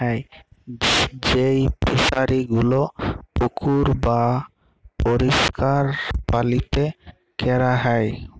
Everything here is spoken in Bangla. যেই ফিশারি গুলো পুকুর বাপরিষ্কার পালিতে ক্যরা হ্যয়